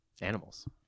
Animals